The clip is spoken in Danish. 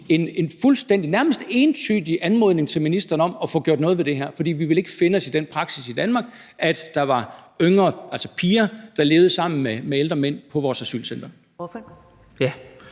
en fuldstændig, ja, nærmest entydig anmodning til ministeren om at få gjort noget ved det her, fordi vi ikke ville finde os i den praksis, at der i Danmark var yngre, altså piger, der levede sammen med ældre mænd på vores asylcentre.